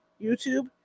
YouTube